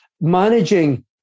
managing